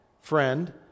friend